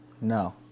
no